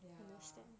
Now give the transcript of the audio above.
ya